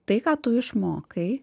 tai ką tu išmokai